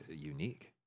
unique